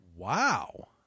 Wow